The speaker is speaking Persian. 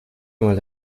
مال